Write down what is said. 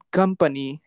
company